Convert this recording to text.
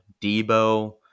Debo